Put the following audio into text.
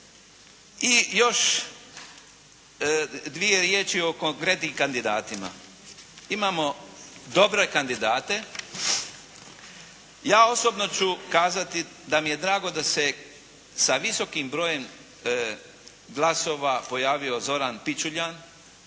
I još dvije riječi o konkretnim kandidatima. Imamo dobre kandidate. Ja osobno ću kazati da mi je drago da se sa visokim brojem glasova pojavio Zoran Pičuljan,